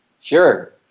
Sure